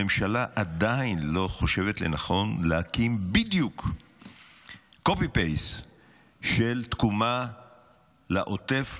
הממשלה עדיין לא חושבת לנכון להקים בדיוק copy-paste של תקומה לעוטף,